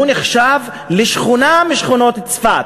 הוא נחשב לשכונה משכונות צפת.